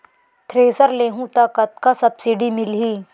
Thresher लेहूं त कतका सब्सिडी मिलही?